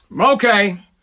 okay